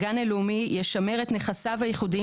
הגן הלאומי יישמר את נכסיו הייחודים